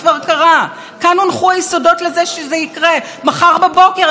מחר בבוקר אנחנו נשמע שחצי משופטי בית המשפט העליון מודחים,